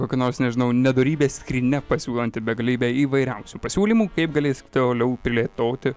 kokia nors nežinau nedorybės skrynia pasiūlanti begalybę įvairiausių pasiūlymų kaip gali toliau plėtoti